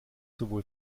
sowohl